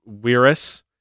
Weirus